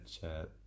chat